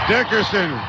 Dickerson